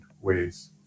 ways